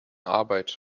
arbeit